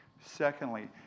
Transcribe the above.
Secondly